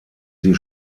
sie